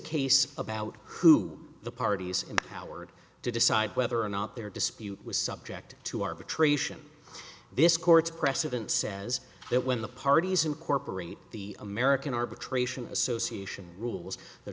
case about who the parties empowered to decide whether or not their dispute was subject to arbitration this court's precedent says that when the parties incorporate the american arbitration association rules